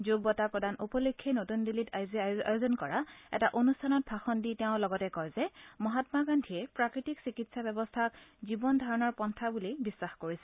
যোগ বঁটা প্ৰদান উপলক্ষে নতুন দিল্লীত আজি আয়োজন কৰা এটা অনুষ্ঠানত ভাষণ দি তেওঁ লগতে কয় যে মহামা গান্ধীয়ে প্ৰাকৃতিক চিকিৎসা ব্যৱস্থাক জীৱন ধাৰণৰ পন্থা বুলি বিশ্বাস কৰিছিল